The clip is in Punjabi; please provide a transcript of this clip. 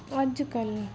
ਅੱਜ ਕੱਲ